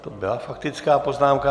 Tak to byla faktická poznámka.